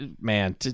man